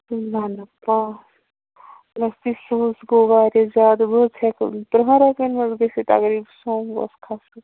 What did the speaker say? نہ نہ سُہ حَظ گوٚو واریاہ بہٕ حَظ ہیکہِ ترٛہن رۄپٮ۪ن منٛز گٔژھِتھ اگرے بہٕ سوموس کھسہٕ